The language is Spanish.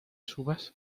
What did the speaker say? subas